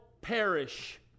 perish